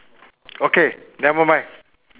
okay never mind